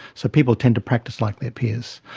so people tend to practice like their peers.